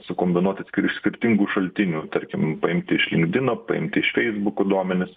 sukombinuoti iš skirtingų šaltinių tarkim paimti iš linkdino paimti iš fesibuko duomenis